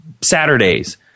saturdays